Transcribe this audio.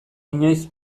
inoiz